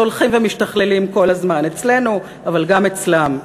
שהולכים ומשתכללים כל הזמן אצלנו אבל גם אצלם.